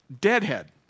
deadhead